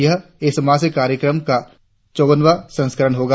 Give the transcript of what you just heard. यह इस मासिक कार्यक्रम का चौवनवां संस्करण होगा